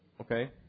okay